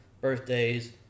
birthdays